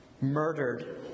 murdered